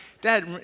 Dad